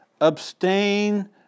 abstain